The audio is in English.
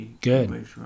Good